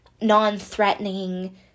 non-threatening